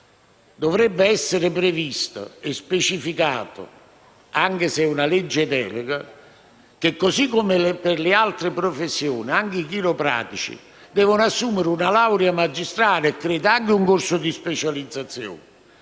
Dovrebbe essere previsto e specificato, anche se si tratta di una legge delega, che così come accade per le altre professioni sanitarie, anche i chiropratici debbano conseguire una laurea magistrale e credo anche un corso di specializzazione,